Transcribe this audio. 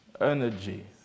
energy